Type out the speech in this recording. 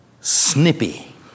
snippy